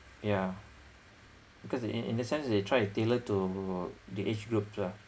yeah because in in in that sense they try to tailor to the age group lah